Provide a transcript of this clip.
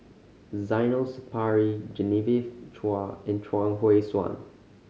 Zainal Sapari Genevieve Chua and Chuang Hui Tsuan